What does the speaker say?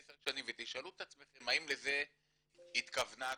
עשר שנים ותשאלו את עצמכם האם לזה התכוונה התורה,